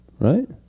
Right